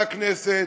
והכנסת,